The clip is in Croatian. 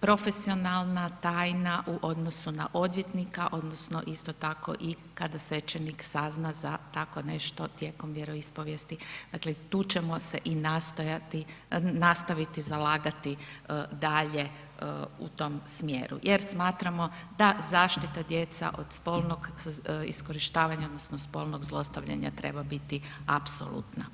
profesionalna tajna u odnosu na odvjetnika odnosno isto tako i kada svećenik sazna za tako nešto tijekom vjeroispovijesti, dakle tu ćemo se i nastojati, nastaviti zalagati dalje u tom smjeru jer smatramo da zaštita djece od spolnog iskorištavanja odnosno spolnog zlostavljanja treba biti apsolutna.